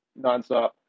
nonstop